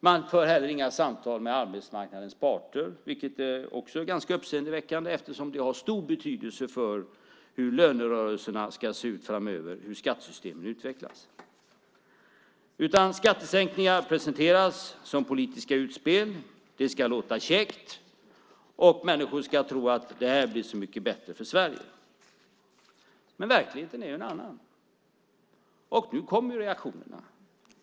Man för heller inga samtal med arbetsmarknadens parter, vilket också är ganska uppseendeväckande eftersom det har stor betydelse för hur lönerörelserna ska se ut framöver hur skattesystemet utvecklas. Skattesänkningar presenteras som politiska utspel. Det ska låta käckt, och människor ska tro att det här blir så mycket bättre för Sverige. Men verkligheten är en annan, och nu kommer reaktionerna.